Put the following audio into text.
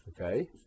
okay